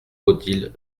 odile